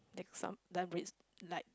the some the like